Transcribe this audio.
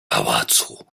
pałacu